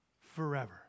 forever